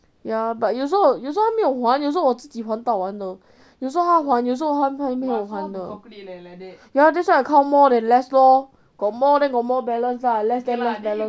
ya but 有时候有时候他没有还有时候我自己还到完的有时候他还有时候他没有还的 ya that's why I count more than less lor got more then got more balance less then less balance